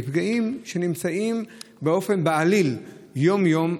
מפגעים שנמצאים בעליל יום-יום,